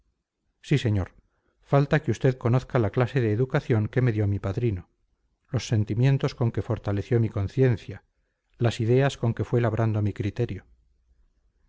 sí señor falta que usted conozca la clase de educación que me dio mi padrino los sentimientos con que fortaleció mi conciencia las ideas con que fue labrando mi criterio